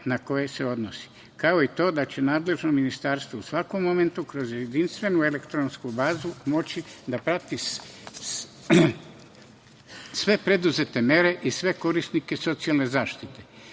na koje se odnosi, kao i to da će nadležno ministarstvo u svakom momentu kroz jedinstvenu elektronsku bazu moći da prati sve preduzete mere i sve korisnike socijalne zaštite,